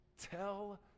Tell